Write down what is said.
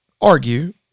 argue